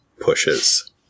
pushes